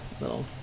little